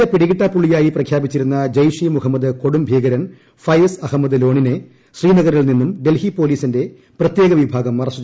India പിടികിട്ടാപ്പുള്ളിയായി പ്രഖ്യാപിച്ചിരുന്ന ജെയ്ഷെ ഇ മുഹമ്മദ് കൊടും ഭീകരൻ ഫയസ് അഹമ്മദ് ലോണിനെ ശ്രീനഗറിൽ നിന്നും ഡൽഹി പോലീസിന്റെ പ്രത്യേക വിഭാഗം അറസ്റ്റ് ചെയ്തു